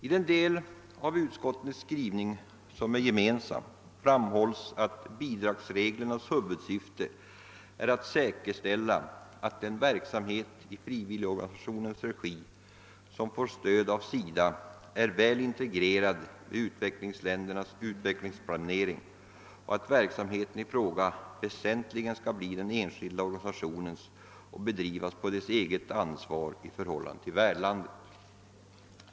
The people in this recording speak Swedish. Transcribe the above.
I den del av utskottets skrivning som är gemensam framhålles att bidragsreglernas huvudsyfte är att säkerställa att den verksamhet i frivilligorganisationernas regi som får stöd av SIDA är väl integrerad i utvecklingsländernas << utvecklingsplanering och att verksamheten i fråga vär sentligen skall bli den enskilda organisationens och bedrivas på dess eget ansvar i förhållande till värdlandet.